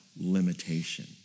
limitation